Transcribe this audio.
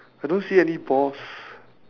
I don't see any balls